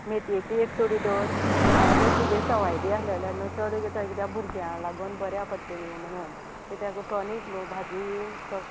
मेतयेची एक चुडी दवर हांव तर तुगें सवाय बी आसलें जाल्यार न्हय चड बी घेतां भुरग्यांक लागून बऱ्या पडटा न्हय म्हणून किद्याक टॉनीक न्हय भाजी